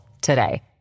today